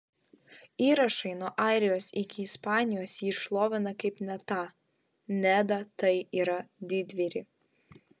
įrašai nuo airijos iki ispanijos jį šlovina kaip netą nedą tai yra didvyrį